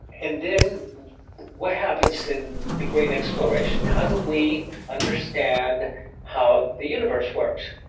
and then what happens in the great exploration? how do we understand how the universe works